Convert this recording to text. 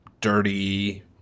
dirty